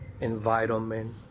environment